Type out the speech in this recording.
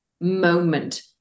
moment